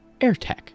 Airtech